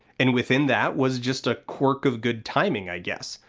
and within that was just a quirk of good timing, i guess.